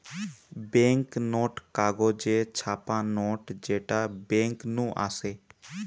bank note কাগজে ছাপা note যেটা বেঙ্ক নু আসে